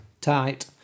tight